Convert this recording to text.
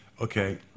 okay